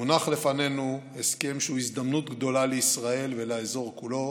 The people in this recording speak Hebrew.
מונח לפנינו הסכם שהוא הזדמנות גדולה לישראל ולאזור כולו.